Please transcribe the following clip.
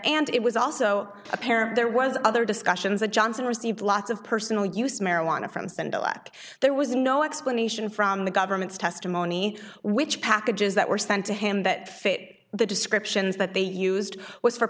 and it was also a pair there was other discussions that johnson received lots of personal use marijuana from spend a lot there was no explanation from the government's testimony which packages that were sent to him that fit the descriptions that they used